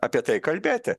apie tai kalbėti